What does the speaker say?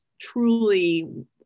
truly